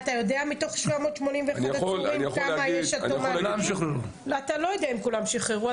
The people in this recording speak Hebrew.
אתה יודע מתוך 781 עצורים כמה -- אתה לא יודע אם כולם שוחררו.